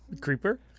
Creeper